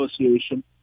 association